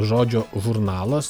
žodžio žurnalas